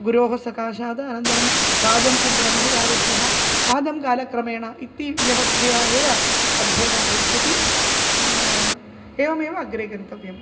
गुरोः सकाशाद् अनन्तरं पादं सब्रह्मचारिभ्यः पादं कालक्रमेण इति व्यवस्थया एव अध्ययनं भविष्यति एवमेव अग्रे गन्तव्यम्